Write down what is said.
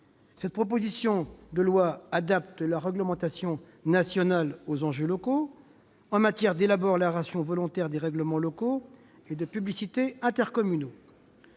Ce texte adapte la réglementation nationale aux enjeux locaux, en matière d'élaboration volontaire des règlements locaux de publicité intercommunaux.